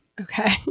Okay